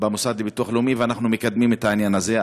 במוסד לביטוח לאומי, ואנחנו מקדמים את העניין הזה.